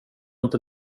inte